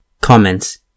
Comments